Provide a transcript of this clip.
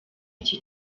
iki